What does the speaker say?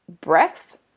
breath